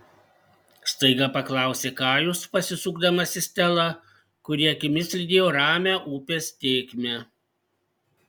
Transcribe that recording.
staiga paklausė kajus pasisukdamas į stelą kuri akimis lydėjo ramią upės tėkmę